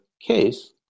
case